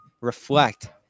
reflect